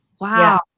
Wow